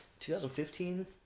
2015